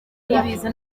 y’ibiza